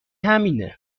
همینه